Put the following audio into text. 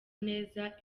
neza